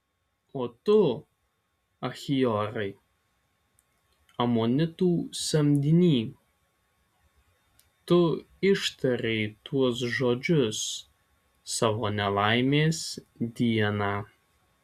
o tu achiorai amonitų samdiny tu ištarei tuos žodžius savo nelaimės dieną